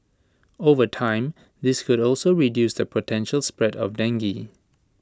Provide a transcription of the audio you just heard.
over time this could also reduce the potential spread of dengue